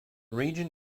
region